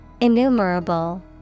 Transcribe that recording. Innumerable